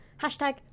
hashtag